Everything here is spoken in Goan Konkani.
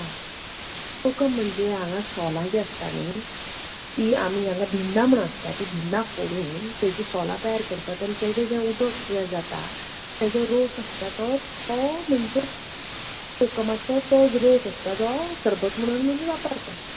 कोकम म्हणजे हांगा सोलां जीं आसता न्ही तीं आमी हांगा बिंडा म्हणून आसातात तीं बिंडां फोडून तेचीं सोलां तयार करतात आनी तेचें जें उदक तयार जाता तेचो रोस आसता तो तो म्हणचे कोकमाचो तो रस आसता जो शरबत म्हणून आमी वापरतात